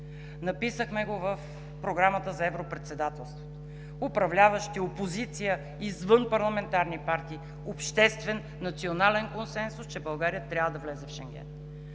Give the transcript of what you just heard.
Написахме го в програмата за Европредседателството – управляващи, опозиция, извънпарламентарни партии, обществен, национален консенсус, че България трябва да влезе в Шенген.